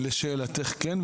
לשאלתך כן,